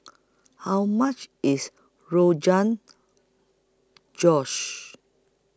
How much IS Rogan Josh